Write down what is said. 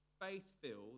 faith-filled